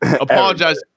Apologize